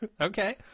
Okay